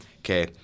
Okay